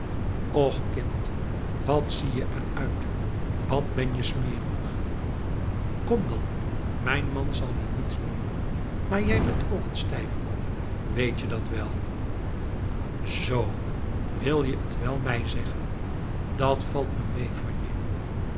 och kind wat zie je er uit wat ben je smerig kom dan mijn man zal je niets doen maar jij bent ook een stijfkop weet je dat wel z wil je het wel mij zeggen dat valt me mee van je